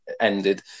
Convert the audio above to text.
ended